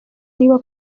niba